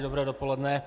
Dobré dopoledne.